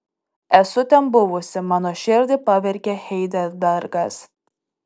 esu ten buvusi mano širdį pavergė heidelbergas